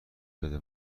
بده